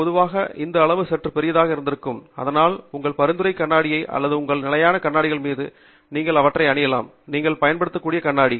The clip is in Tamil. பொதுவாக இந்த அளவு சற்று பெரியதாக இருக்கும் அதனால் உங்கள் பரிந்துரை கண்ணாடி அல்லது உங்கள் நிலையான கண்ணாடிகள் மீது நீங்கள் அவற்றை அணியலாம் நீங்கள் பயன்படுத்தக்கூடிய கண்ணாடி